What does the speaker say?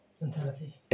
mentality